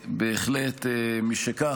לא בטוח שלא מכובד --- משכך,